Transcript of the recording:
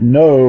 no